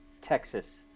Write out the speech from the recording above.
Texas